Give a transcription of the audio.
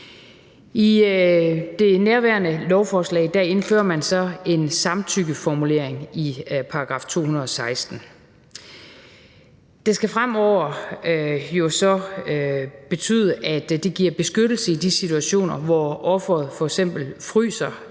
I nærværende lovforslag indfører man så en samtykkeformulering i § 216. Det skal jo fremover så betyde, at det giver beskyttelse i de situationer, hvor offeret f.eks. fryser